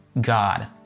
God